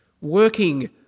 working